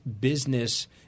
business